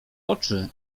oczy